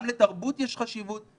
גם לתרבות יש חשיבות,